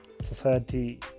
society